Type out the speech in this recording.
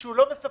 שהוא לא מסבסד